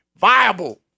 viable